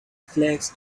flags